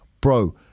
Bro